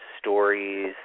Stories